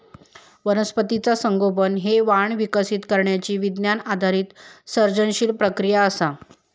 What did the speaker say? वनस्पतीचा संगोपन हे वाण विकसित करण्यची विज्ञान आधारित सर्जनशील प्रक्रिया असा